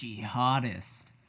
jihadist